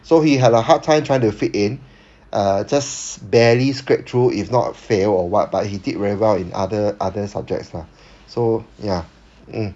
so he had a hard time trying to fit in uh just barely scraped through if not fail or what but he did very well in other other subjects lah so ya